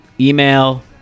email